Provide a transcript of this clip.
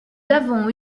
avons